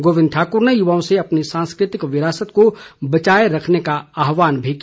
गोबिंद ठाकुर ने युवाओं से अपनी सांस्कृतिक विरासत को बचाए रखने का आग्रह किया